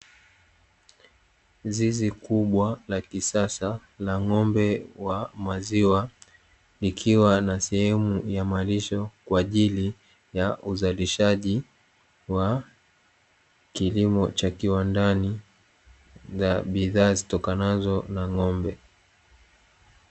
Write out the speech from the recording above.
Zizi kubwa la kisasa la ng'ombe wa maziwa, ikiwa na sehemu ya malisho kwa ajili ya uzalishaji wa kilimo cha kiwandani na bidhaa zitokanazao na ng'ombe.